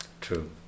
true